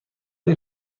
این